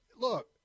Look